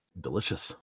delicious